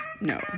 no